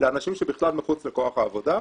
לאנשים שהם בכלל מחוץ לכוח העבודה,